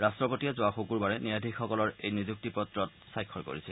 ৰাট্টপতিয়ে যোৱা শুকুৰবাৰে ন্যায়াধীশসকলৰ এই নিযুক্তি পত্ৰত স্বাক্ষৰ কৰিছিল